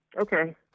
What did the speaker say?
Okay